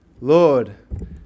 Lord